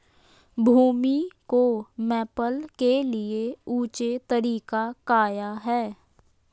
भूमि को मैपल के लिए ऊंचे तरीका काया है?